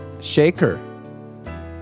Shaker